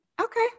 Okay